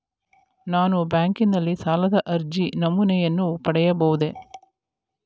ನಾನು ಬ್ಯಾಂಕಿನಲ್ಲಿ ಸಾಲದ ಅರ್ಜಿ ನಮೂನೆಯನ್ನು ಪಡೆಯಬಹುದೇ?